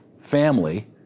family